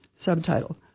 Subtitle